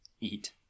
eat